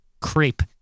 Creep